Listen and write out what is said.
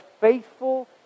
faithful